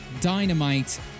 dynamite